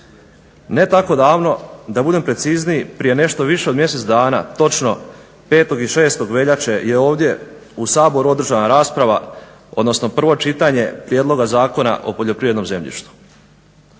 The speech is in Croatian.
Ne tako davno, da budem precizniji, prije nešto više od mjesec dana, točno 5. i 6. veljače je ovdje u Saboru održana rasprava odnosno prvo čitanje Prijedloga Zakona o poljoprivrednom zemljištu.